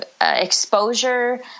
exposure